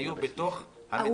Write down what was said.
היו בתוך האולמות.